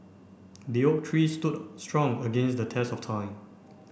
the oak tree stood strong against the test of time